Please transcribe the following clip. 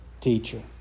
teacher